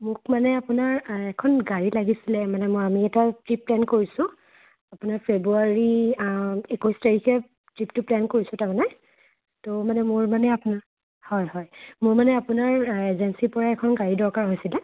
মোক মানে আপোনাৰ এখন গাড়ী লাগিছিলে মানে আমি এটা ট্ৰিপ প্লেন কৰিছোঁ আপোনাৰ ফেব্ৰুৱাৰী একৈছ তাৰিখে ট্ৰিপটো প্লেন কৰিছোঁ তাৰমানে ত' মানে মোৰ মানে আপোনাৰ হয় হয় মোৰ মানে আপোনাৰ এজেঞ্চিৰ পৰাই এখন গাড়ী দৰকাৰ হৈছিলে